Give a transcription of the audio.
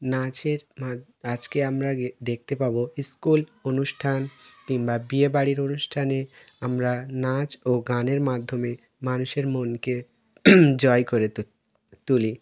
নাচের মাদ আজকে আমারা গিয়ে দেখতে পাবো স্কুল অনুষ্ঠান কিংবা বিয়েবাড়ির অনুষ্ঠানে আমরা নাচ ও গানের মাধ্যমে মানুষের মনকে জয় করতে তুলি